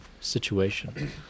situation